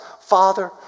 Father